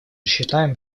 считаем